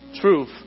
truth